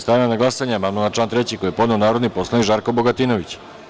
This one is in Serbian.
Stavljam na glasanje amandman na član 3. koji je podneo narodni poslanik Žarko Bogatinović.